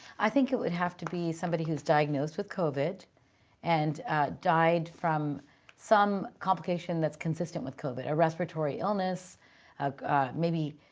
i think it would have to be somebody who's diagnosed with covid and died from some complication that's consistent with covid, a respiratory illness maybe.